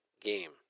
game